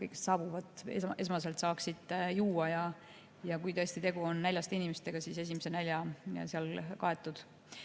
kõik, kes saabuvad, esmaselt saaksid juua ja kui tõesti tegu on näljaste inimestega, siis esimese nälja seal